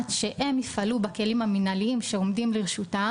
שהם יפעלו בכלים המינהליים שעומדים לרשותם,